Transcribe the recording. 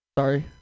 Sorry